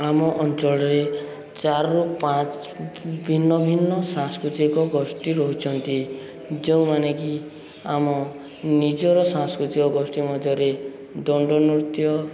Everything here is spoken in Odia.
ଆମ ଅଞ୍ଚଳରେ ଚାରିରୁ ପାଞ୍ଚ ଭିନ୍ନ ଭିନ୍ନ ସାଂସ୍କୃତିକ ଗୋଷ୍ଠୀ ରହୁଛନ୍ତି ଯେଉଁମାନେ କି ଆମ ନିଜର ସାଂସ୍କୃତିକ ଗୋଷ୍ଠୀ ମଧ୍ୟରେ ଦଣ୍ଡ ନୃତ୍ୟ